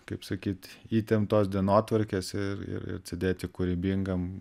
kaip sakyt įtemptos dienotvarkės ir ir ir atsidėti kūrybingam